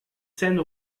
scènes